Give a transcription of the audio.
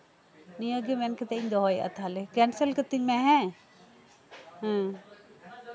ᱱᱤᱭᱟᱹ ᱜᱮ ᱢᱮᱱ ᱠᱟᱛᱮᱜ ᱫᱚᱦᱚ ᱭᱮᱫᱟᱹᱧ ᱛᱟᱦᱞᱮ ᱠᱮᱱᱥᱮᱞ ᱠᱟᱹᱛᱤᱧ ᱢᱮ ᱦᱮᱸ